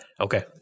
okay